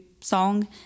song